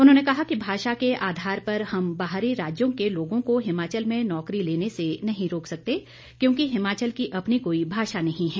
उन्होंने कहा कि भाषा के आधार पर हम बाहरी राज्यों के लोगों को हिमाचल में नौकरी लेने से नहीं रोक सकते क्योंकि हिमाचल की अपनी कोई भाषा नहीं हैं